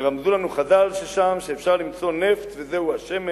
ורמזו לנו חז"ל ששם אפשר למצוא נפט, וזהו השמן